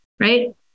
Right